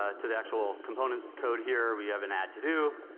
ah to the actual component code here. we have an add to-do,